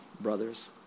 brothers